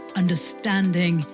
understanding